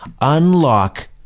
unlock